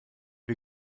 wir